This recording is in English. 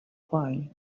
why